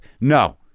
No